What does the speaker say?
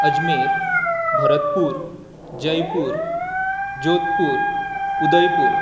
Ajmer Bharatpur Jaipur Jodhpur Udaipur